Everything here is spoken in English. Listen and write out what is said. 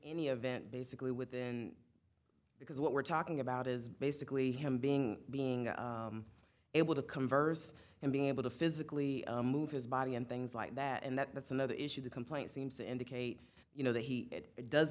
any event basically within because what we're talking about is basically him being being able to converse and being able to physically move his body and things like that and that's another issue the complaint seems to indicate you know that he does